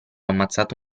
ammazzato